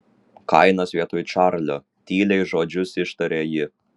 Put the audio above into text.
kainas vietoj čarlio tyliai žodžius ištarė ji